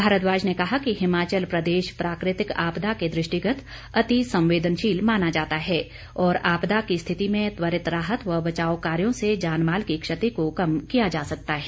भारद्वाज ने कहा कि हिमाचल प्रदेश प्राकृतिक आपदा के दृष्टिगत अतिसंवेदनशील माना जाता है और आपदा की स्थिति में त्वरित राहत व बचाव कार्यों से जान माल की क्षति को कम किया जा सकता है